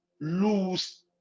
lose